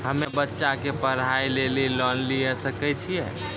हम्मे बच्चा के पढ़ाई लेली लोन लिये सकय छियै?